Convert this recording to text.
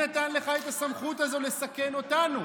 מי נתן לך את הסמכות הזאת לסכן אותנו?